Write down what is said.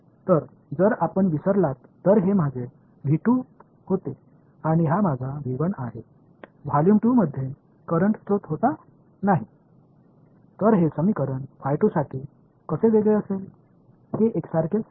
இது ஒத்ததாக இருக்கும் அதாவது சம்பவ புல வெளிப்பாடு மின்னோட்டத்தின் ஒருங்கிணைப்பாக வந்ததாக எந்த சம்பவ புல வெளிப்பாடு இல்லை